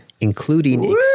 including